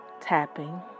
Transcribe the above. tapping